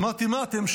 אמרתי, מה אתם?